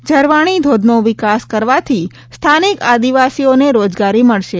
ઝરવાણી ધોધનો વિકાસ કરવાથી સ્થાનિક આદિવાસીઓને રોજગારી મળશે